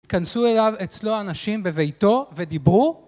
התכנסו אליו אצלו אנשים בביתו ודיברו.